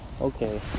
okay